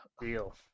deal